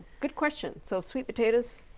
good question. so sweet potatoes.